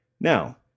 Now